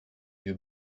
yeux